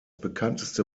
bekannteste